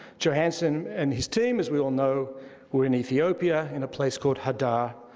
johanson and his team as we all know were in ethiopia in a place called hadar.